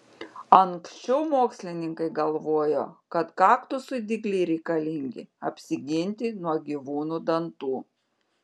anksčiau mokslininkai galvojo kad kaktusui dygliai reikalingi apsiginti nuo gyvūnų dantų